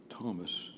Thomas